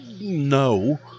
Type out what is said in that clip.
No